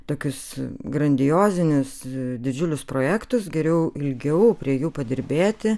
tokius grandiozinius didžiulius projektus geriau ilgiau prie jų padirbėti